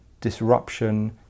disruption